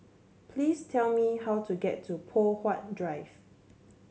please tell me how to get to Poh Huat Drive